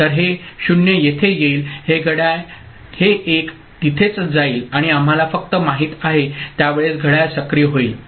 तर हे 0 येथे येईल हे घड्याळ हे 1 तिथेच जाईल आणि आम्हाला फक्त माहित आहे त्यावेळेस घड्याळ सक्रिय होईल